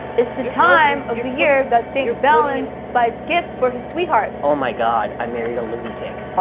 it's the time of the year that saint valen buys gifts for his sweetheart. oh my god, i married a lunatic.